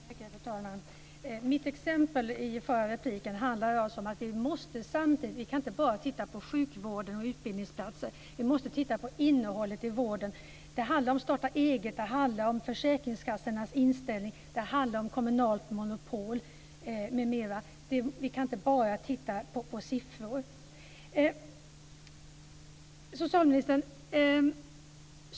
Fru talman! Mitt exempel i den förra repliken handlade om att vi inte bara kan titta på sjukvården och antalet utbildningsplatser. Vi måste titta på innehållet i vården. Det handlar om att starta eget, försäkringskassornas inställning, kommunalt monopol m.m. Vi kan inte bara titta på siffror.